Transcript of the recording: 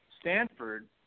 Stanford